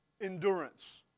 endurance